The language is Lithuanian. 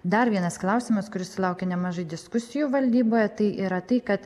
dar vienas klausimas kuris sulaukė nemažai diskusijų valdyboje tai yra tai kad